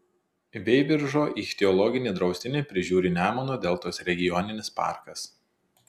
veiviržo ichtiologinį draustinį prižiūri nemuno deltos regioninis parkas